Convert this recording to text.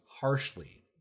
harshly